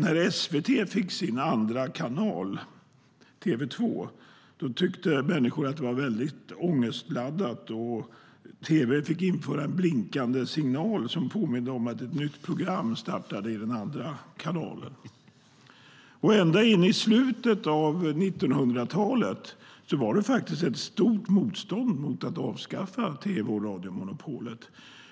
När SVT fick sin andra kanal, TV2, tyckte människor att det var väldigt ångestladdat. Tv fick införa en blinkande signal som påminde om att ett nytt program startade i den andra kanalen. Ända in i slutet av 1900-talet var det faktiskt ett stort motstånd mot att avskaffa tv och radiomonopolet,